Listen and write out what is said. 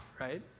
right